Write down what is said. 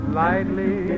lightly